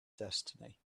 destiny